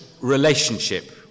relationship